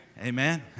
Amen